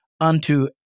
unto